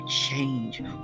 change